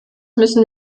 müssen